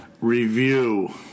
review